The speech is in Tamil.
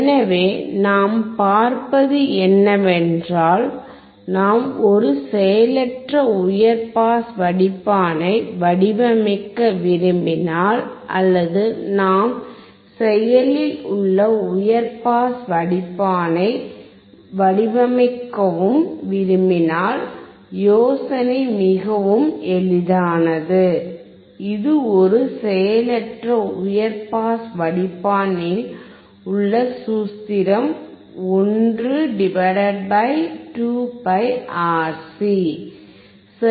எனவே நாம் பார்ப்பது என்னவென்றால் நாம் ஒரு செயலற்ற உயர் பாஸ் வடிப்பானை வடிவமைக்க விரும்பினால் அல்லது நாம் செயலில் உள்ள உயர் பாஸ் வடிப்பானை வடிவமைக்கவும் விரும்பினால் யோசனை மிகவும் எளிதானது இது ஒரு செயலற்ற உயர் பாஸ் வடிப்பானில் உங்கள் சூத்திரம் 1 2πRC